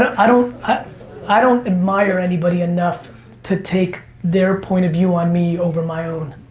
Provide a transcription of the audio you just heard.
i don't i don't admire anybody enough to take their point of view on me over my own.